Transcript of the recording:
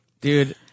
Dude